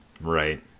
Right